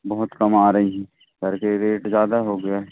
बहुत कम आ रही हैं करके रेट जादा हो गया है